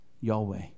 Yahweh